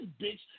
bitch